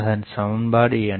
அதன் சமன்பாடு என்ன